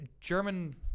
German